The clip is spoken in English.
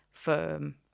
Firm